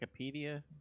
Wikipedia